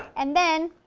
and then,